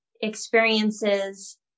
experiences